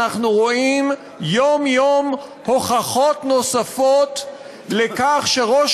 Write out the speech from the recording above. אנחנו רואים יום-יום הוכחות נוספות לכך שראש